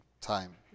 time